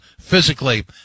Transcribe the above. Physically